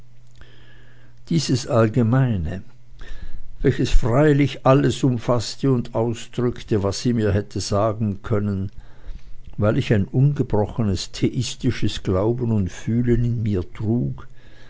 dieses allgemeine welches freilich alles umfaßte und ausdrückte was sie mir hätte sagen können weil ich ein ungebrochenes theistisches glauben und fühlen in mir trug